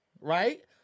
right